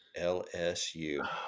LSU